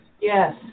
Yes